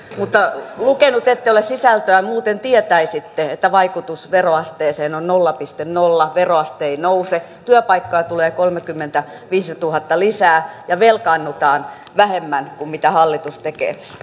mutta lukenut ette ole sisältöä muuten tietäisitte että vaikutus veroasteeseen on nolla pilkku nolla veroaste ei nouse työpaikkoja tulee kolmekymmentäviisituhatta lisää ja velkaannutaan vähemmän kuin mitä hallitus tekee